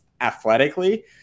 athletically